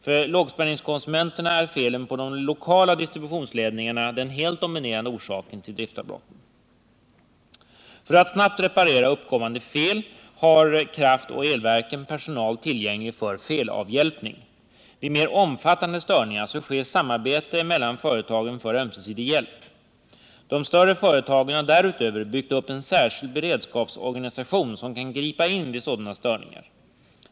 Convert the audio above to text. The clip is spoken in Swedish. För lågspänningskonsumenterna är felen på de lokala distributionsledningarna den helt dominerande orsaken till driftavbrotten. För att snabbt reparera uppkommande fel har kraftoch elverken personal tillgänglig för felavhjälpning. Vid mer omfattande störningar sker samarbete mellan företagen för ömsesidig hjälp. De större företagen har därutöver byggt upp en särskild beredskapsorganisation, som kan gripa in vid sådana störningar.